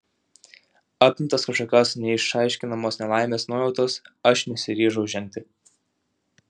apimtas kažkokios neišaiškinamos nelaimės nuojautos aš nesiryžau žengti